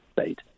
state